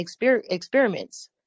experiments